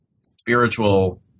spiritual